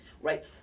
right